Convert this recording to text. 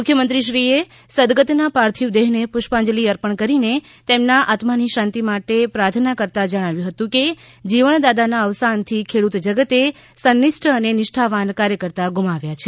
મુખ્યમંત્રી શ્રી એ સદગતનાં પાર્થિવ દેહને પુષ્પાંજલિ અર્પણ કરીને તેમનાં આત્માની શાંતિ માટે પ્રાર્થનાં કરતાં જણાવ્યુ હતું કે જીવણદાદાનાં અવસાનથી ખેડૂત જગતે સનિષ્ઠ અને નિષ્ઠાવાન કાર્યકર્તા ગુમાવ્યા છે